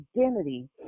identity